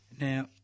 Now